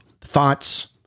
thoughts